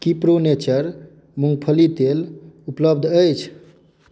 की pro nature मूँगफली तेल उपलब्ध अछि